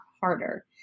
harder